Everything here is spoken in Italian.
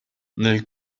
nel